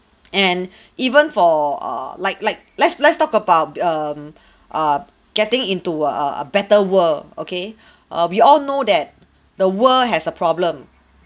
and even for err like like let's let's talk about b~ um err getting into a a better world okay err we all know that the world has a problem